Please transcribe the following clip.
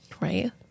Right